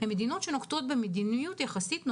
הן מדינות שנוקטות במדיניות נוקשה יחסית,